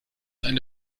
eine